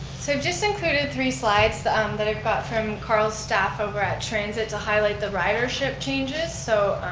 so just included three slides that i got from carl's staff over at transit to highlight the ridership changes. so,